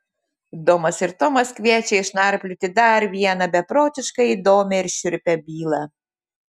domas ir tomas kviečia išnarplioti dar vieną beprotiškai įdomią ir šiurpią bylą